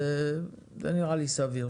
זה נראה לי סביר.